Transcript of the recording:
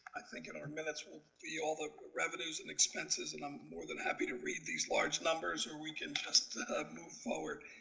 i think in our minutes there will be all the revenues and expenses, and i'm more than happy to read these large numbers, or we can just move forward.